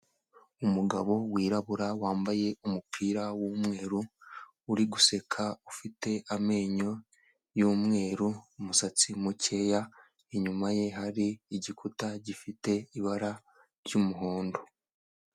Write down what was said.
Umugabo wirabura wambaye umupira w'umweru uri guseka, ufite amenyo y'umweru, umusatsi mukeya, inyuma ye hari igikuta gifite ibara ry'umuhondo.